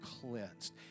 cleansed